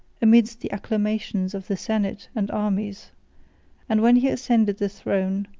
amidst the acclamations of the senate and armies and when he ascended the throne,